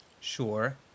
Sure